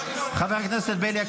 --- חבר הכנסת בליאק,